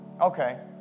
Okay